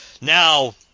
now